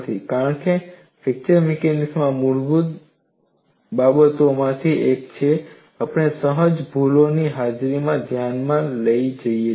કારણ કે fracture mechanics માં મૂળભૂત બાબતોમાંની એક છે આપણે સહજ ભૂલોની હાજરીને ધ્યાનમાં લઈએ છીએ